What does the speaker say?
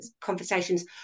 conversations